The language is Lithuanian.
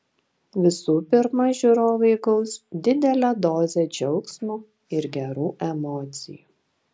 visų pirma žiūrovai gaus didelę dozę džiaugsmo ir gerų emocijų